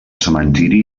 cementiri